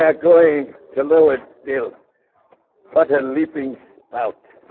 ah going to lowered still what a leaping spout